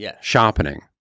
sharpening